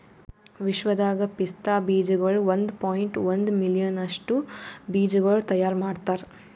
ವಿಶ್ವದಾಗ್ ಪಿಸ್ತಾ ಬೀಜಗೊಳ್ ಒಂದ್ ಪಾಯಿಂಟ್ ಒಂದ್ ಮಿಲಿಯನ್ ಟನ್ಸ್ ಅಷ್ಟು ಬೀಜಗೊಳ್ ತೈಯಾರ್ ಮಾಡ್ತಾರ್